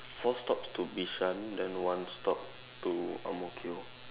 four stops to Bishan then one stop to Ang-Mo-Kio